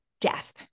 death